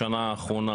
בשנה האחרונה